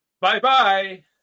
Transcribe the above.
Bye-bye